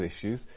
issues